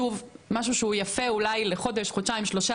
משהו שהוא יפה לחודש-שלושה,